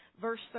verse